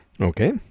Okay